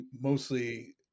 mostly –